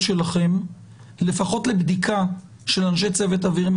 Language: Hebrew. שלכם לפחות לבדיקה של אנשי צוות אוויר.